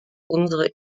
unsere